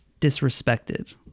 disrespected